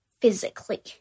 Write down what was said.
physically